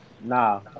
Nah